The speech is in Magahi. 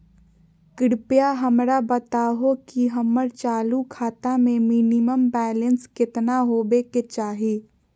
कृपया हमरा बताहो कि हमर चालू खाता मे मिनिमम बैलेंस केतना होबे के चाही